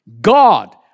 God